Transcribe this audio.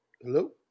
Hello